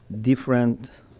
different